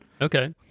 Okay